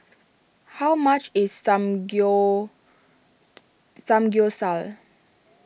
how much is Samgyeopsal